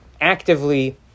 actively